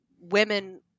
women